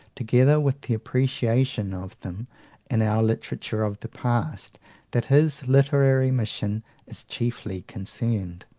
together with the appreciation of them in our literature of the past that his literary mission is chiefly concerned.